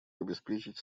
обеспечить